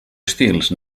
estils